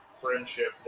friendship